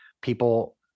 people